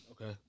Okay